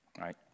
right